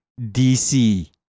DC